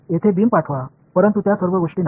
येथे बीम पाठवा परंतु त्या सर्व गोष्टी नाही